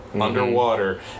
underwater